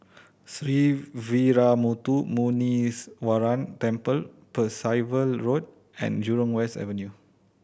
Sree Veeramuthu Muneeswaran Temple Percival Road and Jurong West Avenue